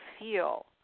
feel